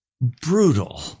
brutal